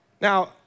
now